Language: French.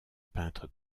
peintre